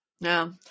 No